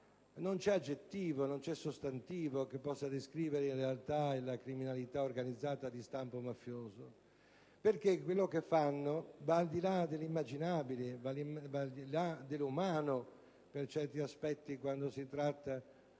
altro aggettivo o sostantivo che possa descrivere in realtà la criminalità organizzata di stampo mafioso, perché quello che fanno va al di là dell'immaginabile, dell'umano, per certi aspetti, quando si tratta